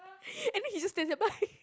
and then he just stands there bye